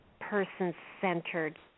person-centered